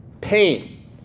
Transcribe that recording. Pain